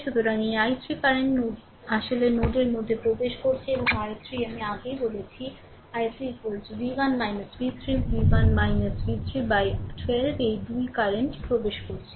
সুতরাং এই i3 কারেন্টটি আসলে নোডের মধ্যে প্রবেশ করছে এবং i3 আমি আগেই বলেছি যে i3 v1 v3 v1 v3 by 12 এই 2 কারেন্ট প্রবেশ করছে